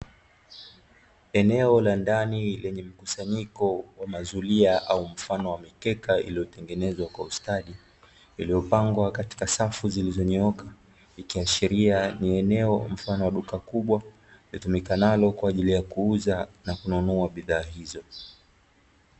Eneo la ndani lenye mkusanyiko wa mazulia au mfano wa mikeka iliyotengenezwa kwa ustadi, iliyopangwa katika safu zilizonyooka ikiashiria ni eneo la duka kubwa, litumikanalo kwa ajili ya kuuza na kununua bidhaa hizo.